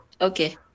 Okay